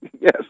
Yes